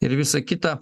ir visa kita